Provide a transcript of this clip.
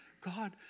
God